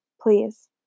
Please